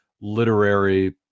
literary